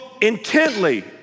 intently